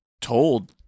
told